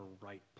right